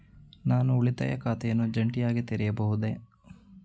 ನಾನು ಉಳಿತಾಯ ಖಾತೆಯನ್ನು ಜಂಟಿಯಾಗಿ ತೆರೆಯಬಹುದೇ?